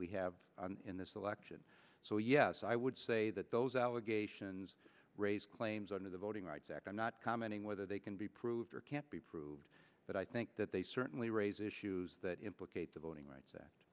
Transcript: we have in this election so yes i would say that those allegations raised claims under the voting rights act i'm not commenting whether they can be proved or can't be proved but i think that they certainly raise issues that implicates the voting rights that